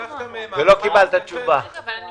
והוא